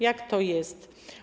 Jak to jest?